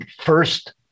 first